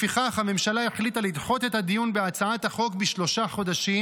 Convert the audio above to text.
לפיכך הממשלה החליטה לדחות את הדיון בהצעת החוק בשלושה חודשים,